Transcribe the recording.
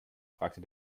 fragte